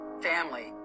family